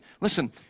listen